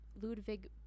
Ludwig